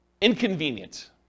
inconvenient